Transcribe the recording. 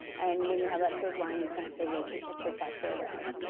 and when you have that curved line, you can actually rotate that protractor around.